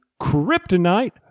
Kryptonite